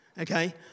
Okay